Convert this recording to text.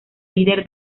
líder